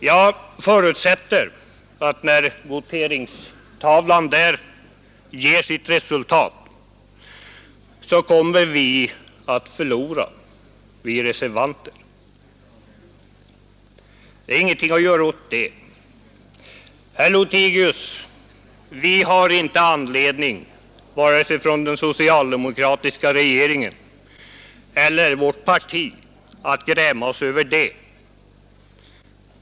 Jag förutsätter att vi reservanter kommer att förlora, när voteringstavlan på väggen visar resultatet. Det är ingenting att göra åt det, herr Lothigius. Vi har inte anledning vare sig från den socialdemokratiska regeringen eller från vårt parti att gräma oss över det.